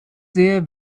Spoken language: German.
sehr